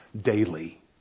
daily